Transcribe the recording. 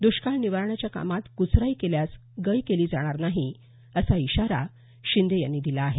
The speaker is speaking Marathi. द्ष्काळ निवारण्याच्या कामात क्चराई केल्यास गय केली जाणार नाही असा इशाराही शिंदे यांनी दिला आहे